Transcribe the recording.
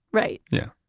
right yeah,